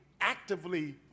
actively